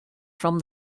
from